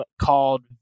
called